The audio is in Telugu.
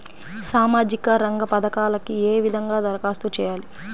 సామాజిక రంగ పథకాలకీ ఏ విధంగా ధరఖాస్తు చేయాలి?